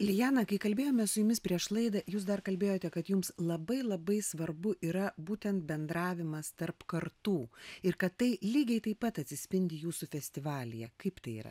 lijana kai kalbėjomės su jumis prieš laidą jūs dar kalbėjote kad jums labai labai svarbu yra būtent bendravimas tarp kartų ir kad tai lygiai taip pat atsispindi jūsų festivalyje kaip tai yra